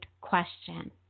question